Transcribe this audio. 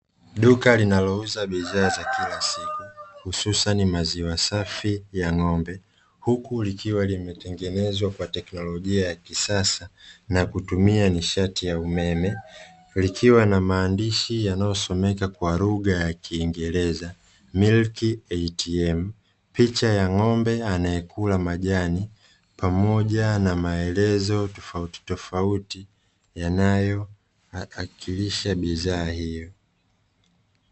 Duka linalouza bidhaa za kila siku hususan maziwa safi ya ng'ombe huku likiwa limetengenezwa kwa teknolojia ya kisasa na kutumia nishati ya umeme. Likiwa na maandishi yanayosomeka kwa lugha ya kiingereza "MILK ATM", picha ya ng'ombe anayekula majani pamoja na maelezo tofautitofauti yanayowakisha bidhaa hiyo.